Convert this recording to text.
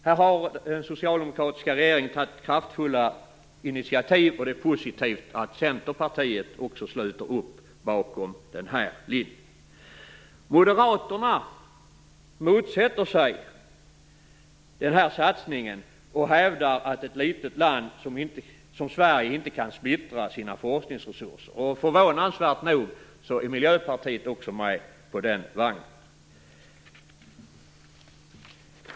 Här har den socialdemokratiska regeringen tagit kraftfulla initiativ, och det är positivt att Centerpartiet sluter upp kring den linjen. Moderaterna motsätter sig denna satsning och hävdar att ett litet land som Sverige inte kan splittra sina forskningsresurser. Förvånansvärt nog är Miljöpartiet också med på den vagnen.